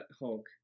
Hulk